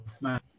man